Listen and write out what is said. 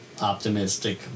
optimistic